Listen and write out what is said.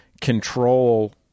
control